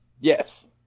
Yes